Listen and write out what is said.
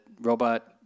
robot